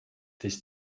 this